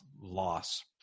loss